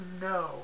no